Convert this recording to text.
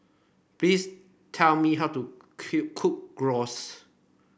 please tell me how to cook Gyros